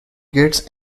gets